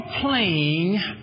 playing